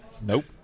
Nope